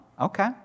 Okay